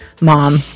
mom